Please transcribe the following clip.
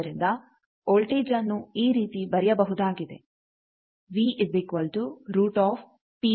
ಆದ್ದರಿಂದ ವೋಲ್ಟೇಜ್ ಅನ್ನು ಈ ರೀತಿ ಬರೆಯಬಹುದಾಗಿದೆ